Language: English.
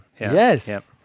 Yes